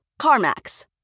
CarMax